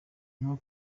nko